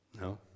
No